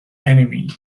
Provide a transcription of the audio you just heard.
enemy